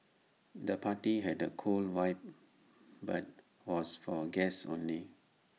the party had A cool vibe but was for guests only